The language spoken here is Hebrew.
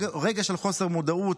רגע של חוסר מודעות,